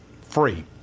free